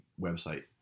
website